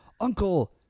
uncle